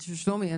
שלומי,